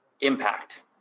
impact